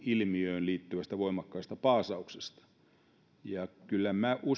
ilmiöön liittyvästä voimakkaasta paasauksesta kyllä minä